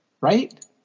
right